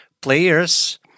players